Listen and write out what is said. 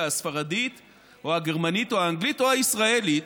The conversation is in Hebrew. הספרדית או הגרמנית או האנגלית או הישראלית,